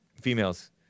females